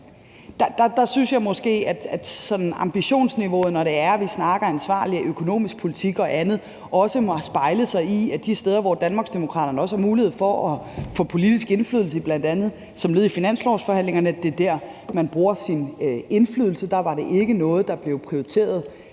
Der synes jeg måske, at sådan ambitionsniveauet, når det er, vi snakker ansvarlig og økonomisk politik og andet, skulle afspejle sig de steder, hvor Danmarksdemokraterne har mulighed for at få politisk indflydelse, bl.a. som led i finanslovsforhandlingerne – at det er der, man bruger sin indflydelse. Der var det ikke noget, der blev prioriteret